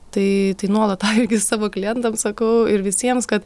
tai tai nuolat tą irgi savo klientams sakau ir visiems kad